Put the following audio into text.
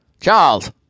Charles